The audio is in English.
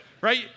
Right